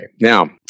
now